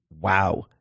Wow